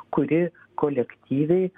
kuri kolektyviai